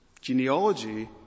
genealogy